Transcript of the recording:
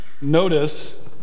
Notice